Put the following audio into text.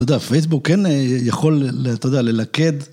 אתה יודע, פייסבוק כן יכול, אתה יודע, ללכד.